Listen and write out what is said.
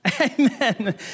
Amen